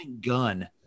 gun